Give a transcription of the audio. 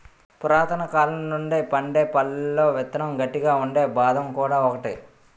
పురాతనకాలం నుండి పండే పళ్లలో విత్తనం గట్టిగా ఉండే బాదం కూడా ఒకటి